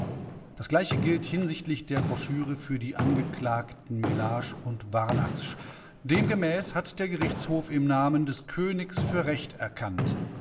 das gleiche gilt hinsichtlich der broschüre für die angeklagten mellage und warnatzsch demgemäß hat der gerichtshof im namen des königs für recht erkannt